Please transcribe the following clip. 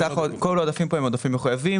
כל העודפים פה הם עודפים מחויבים,